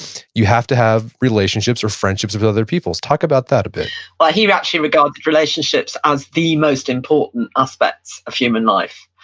you have to have relationships, or friendships, with other people. so talk about that a bit well he actually regarded relationships as the most important aspects of human life.